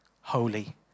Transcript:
holy